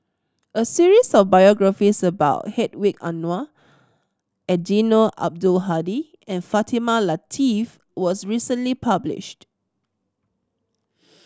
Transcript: a series of biographies about Hedwig Anuar Eddino Abdul Hadi and Fatimah Lateef was recently published